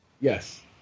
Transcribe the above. Yes